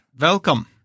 Welcome